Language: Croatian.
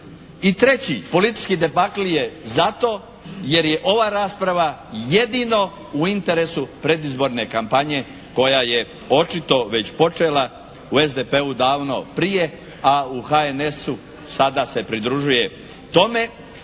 I treći politički debakl je za to jer je ova rasprava jedino u interesu predizborne kampanje koja je očito već počela u SDP-u davno prije, a u HNS-u sada se pridružuje tome.